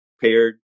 paired